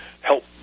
help